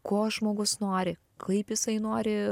ko žmogus nori kaip jisai nori